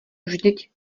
vždyť